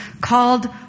called